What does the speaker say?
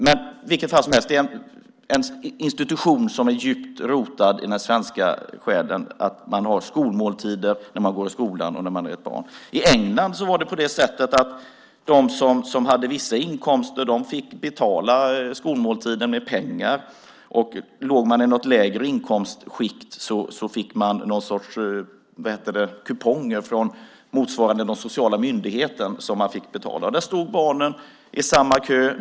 Det är en institution som är djupt rotad i den svenska själen. Man har skolmåltider när man går i skolan. I England fick de som hade vissa inkomster betala skolmåltiden med pengar. Låg man i ett lägre inkomstskikt fick man någon sorts kuponger från motsvarande de sociala myndigheterna som man fick betala med. Där stod barnen i samma kö.